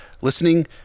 listening